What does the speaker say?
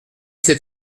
sept